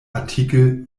artikel